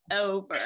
over